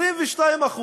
22%